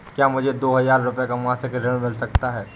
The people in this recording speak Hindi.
क्या मुझे दो हजार रूपए का मासिक ऋण मिल सकता है?